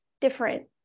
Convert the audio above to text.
different